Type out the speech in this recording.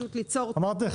אמרתי,